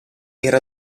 era